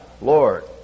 Lord